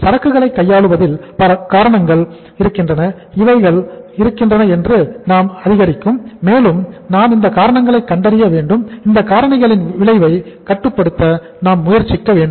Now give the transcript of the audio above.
சரக்குகளை கையாளுவதில் பல காரணங்களாக இவைகள் இருக்கின்றன அதிகரிக்கும் மேலும் நாம் இந்த காரணங்களை கண்டறிய வேண்டும் இந்த காரணங்களின் விளைவை கட்டுப்படுத்த நாம் முயற்சிக்க வேண்டும்